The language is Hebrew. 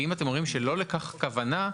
ואם אתם אומרים שלא לכך הכוונה,